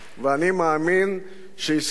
ואני מאמין שישראל